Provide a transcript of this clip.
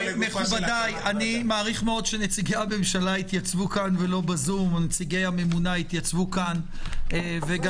אני מעריך מאוד שנציגי הממשלה ונציגי הממונה התייצבו כאן ולא בזום.